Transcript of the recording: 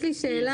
נתת שני פרמטרים,